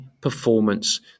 performance